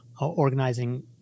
organizing